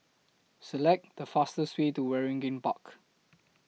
Select The fastest Way to Waringin Park